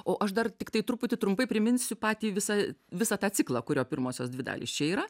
o aš dar tiktai truputį trumpai priminsiu patį visą visą tą ciklą kurio pirmosios dvi dalys čia yra